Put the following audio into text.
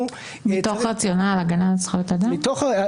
מתוך רציונל של הגנה על זכויות אדם?